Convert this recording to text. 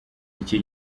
icyo